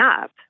up